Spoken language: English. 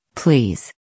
Please